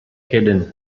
hidden